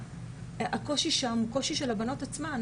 הקושי הוא קושי של הבנות עצמן.